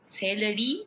celery